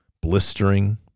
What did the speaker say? blistering